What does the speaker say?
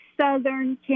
southern